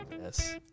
Yes